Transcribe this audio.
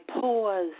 pause